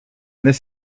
this